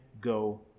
go